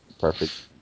Perfect